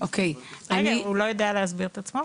אני --- הוא לא יודע להסביר את עצמו?